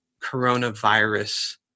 coronavirus